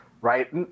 right